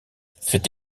fait